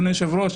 אדוני היושב-ראש,